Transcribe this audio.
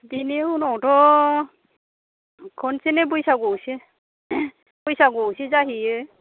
बेनि उनावथ' खनसेनो बैसागुआवसो बैसागुआवसो जाहैयो